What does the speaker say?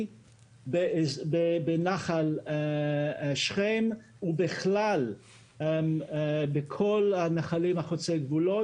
בנחל שכם ובכלל בכל נחלי אשר חוצי גבולות.